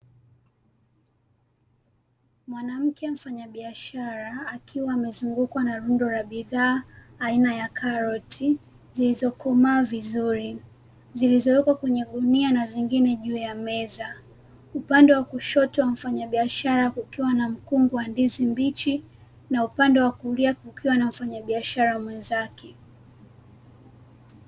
Mwanamke mfanyabiashara akiwa amezungukwa na rundo la bidhaa aina ya karoti zilizo komaa vizuri zilizowekwa kwenye gunia na zingine juu ya meza, upande wa kushoto mfanyabiashara kukiwa na mkungu wa ndizi mbichi na upande wa kulia kukiwa na mfanyabiashara mwenzake.